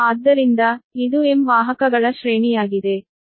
ಆದ್ದರಿಂದ ಇದು m ವಾಹಕಗಳ ಶ್ರೇಣಿಯಾಗಿದೆ